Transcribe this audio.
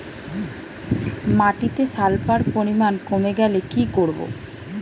মাটিতে সালফার পরিমাণ কমে গেলে কি করব?